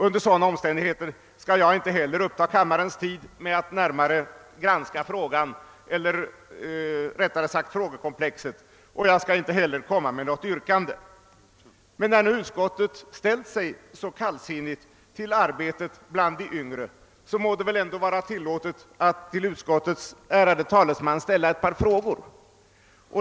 Under sådan omständigheter skall jag inte heller uppta kammarens tid med att närmare granska frågekomplexet. Jag skall inte heller framställa något yrkande. Men när nu utskottet ställt sig så kallsinnigt till arbetet bland de yngre, må det väl ändå vara tillåtet att till utskottets ärade talesman ställa ett par frågor.